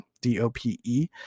D-O-P-E